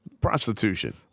Prostitution